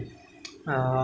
ya but I think